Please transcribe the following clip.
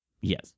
Yes